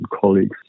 colleagues